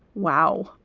wow.